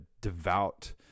devout